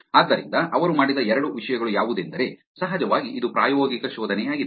ಆದ್ದರಿಂದ ಅವರು ಮಾಡಿದ ಎರಡು ವಿಷಯಗಳು ಯಾವುದೆಂದರೆ ಸಹಜವಾಗಿ ಇದು ಪ್ರಾಯೋಗಿಕ ಶೋಧನೆಯಾಗಿದೆ